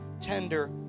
tender